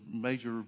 major